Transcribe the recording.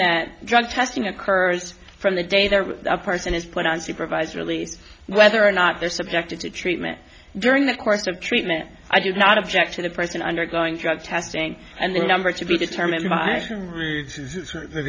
that drug testing occurs from the day that the person is put on supervised release whether or not they are subjected to treatment during the course of treatment i did not object to the person undergoing drug testing and the number to be determined by